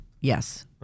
yes